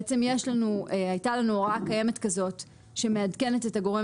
בעצם הייתה לנו הוראה קיימת כזאת שמעדכנת את הגורם